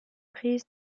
prises